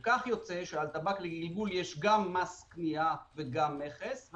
על טבק לגלגול יש מס קנייה וגם מכס.